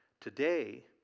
Today